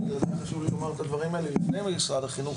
ולכן חשוב לי לומר את הדברים האלה לפני משרד החינוך,